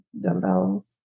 dumbbells